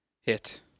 Hit